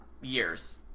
years